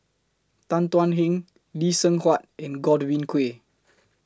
Tan Thuan Heng Lee Seng Huat and Godwin Koay